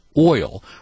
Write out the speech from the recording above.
oil